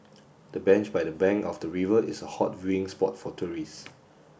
the bench by the bank of the river is a hot viewing spot for tourists